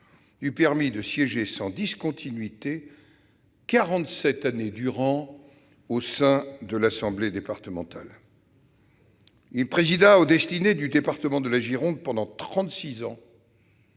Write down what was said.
lui permit de siéger sans discontinuité quarante-sept années durant au sein de l'assemblée départementale. Il présida aux destinées du département de la Gironde pendant